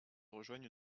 rejoignent